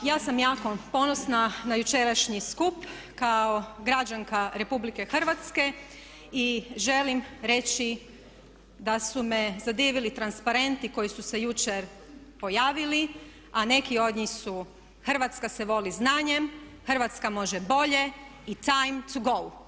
Pa ja sam jako ponosna na jučerašnji skup kao građanka Republike Hrvatske i želim reći da su me zadivili transparenti koji su se jučer pojavili, a neki od njih su: „Hrvatska se voli znanjem“, „Hrvatska može bolje“, „Time to go“